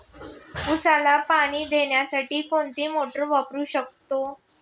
उसाला पाणी देण्यासाठी कोणती मोटार वापरू शकतो?